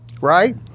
Right